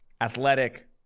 athletic